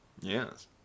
Yes